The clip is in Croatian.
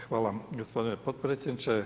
Hvala gospodine potpredsjedniče.